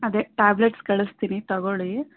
ಅದೇ ಟ್ಯಾಬ್ಲೆಟ್ಸ್ ಕಳಿಸ್ತೀನಿ ತಗೊಳ್ಳಿ